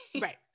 Right